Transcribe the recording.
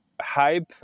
hype